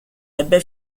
ebbe